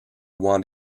want